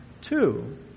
Two